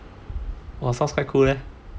!wah! sounds quite cool leh